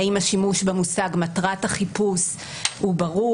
האם השימוש במושג "מטרת החיפוש" הוא ברור